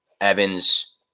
Evans